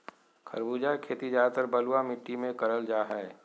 खरबूजा के खेती ज्यादातर बलुआ मिट्टी मे करल जा हय